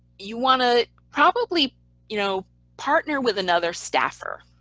you want to probably you know partner with another staffer.